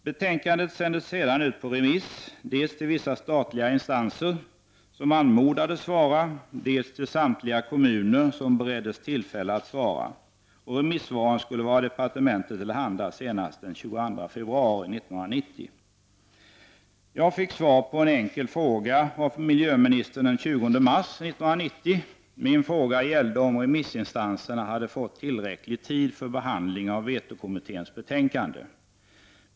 Betänkandet sändes sedan ut på remiss dels till vissa statliga instanser som anmodades svara, dels till samtliga kommuner som bereddes tillfälle att svara. Remissvaren skulle vara departementet till handa senast den 22 februari 1990. Jag fick av miljöministern svar på en enkel fråga den 20 mars 1990. Min fråga gällde om remissinstanserna hade fått tillräcklig tid för behandling av vetokommitténs betänkande.